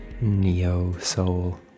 neo-soul